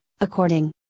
according